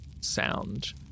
sound